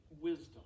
wisdom